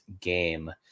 game